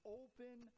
open